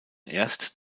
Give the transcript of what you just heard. erst